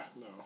no